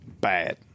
bad